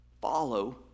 Follow